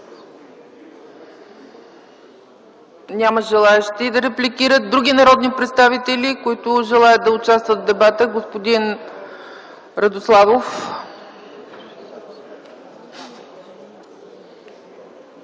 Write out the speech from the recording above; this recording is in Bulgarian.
Няма желаещи да репликират. Други народни представители, които желаят да участват в дебата? Господин Радославов.